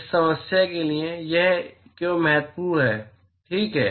इस समस्या के लिए यह क्यों महत्वपूर्ण है ठीक है